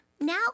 Now